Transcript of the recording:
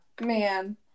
man